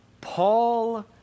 Paul